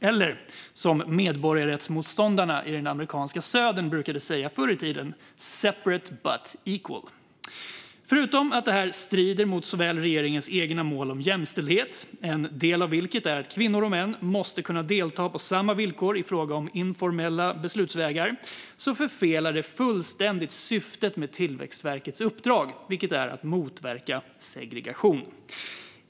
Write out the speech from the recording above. Eller, som medborgarrättsmotståndarna i den amerikanska södern brukade säga, separate but equal. Förutom att detta strider mot regeringens eget mål om jämställdhet, en del av vilket är att kvinnor och män måste kunna delta på samma villkor i fråga om informella beslutsvägar, förfelar det fullständigt syftet med Tillväxtverkets uppdrag, vilket är att motverka segregation.